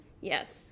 Yes